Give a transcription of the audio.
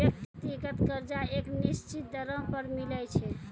व्यक्तिगत कर्जा एक निसचीत दरों पर मिलै छै